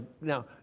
now